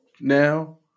now